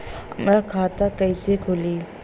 हमार खाता कईसे खुली?